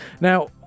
now